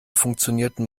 funktionierten